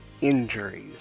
injuries